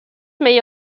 may